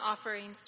offerings